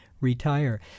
Retire